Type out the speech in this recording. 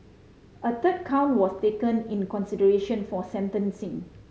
a third count was taken in consideration for sentencing